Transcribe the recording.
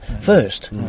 first